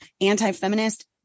anti-feminist